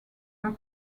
are